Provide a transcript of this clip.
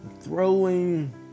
throwing